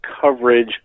coverage